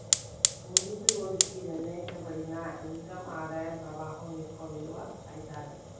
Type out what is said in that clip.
ముగింపు రోజుకి నిర్ణయింపబడిన ఇన్కమ్ ఆదాయ పవాహం యొక్క విలువ అయితాది